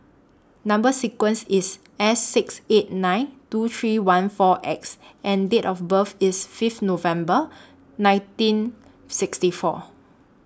Number sequence IS S six eight nine two three one four X and Date of birth IS Fifth November nineteen sixty four